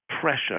pressure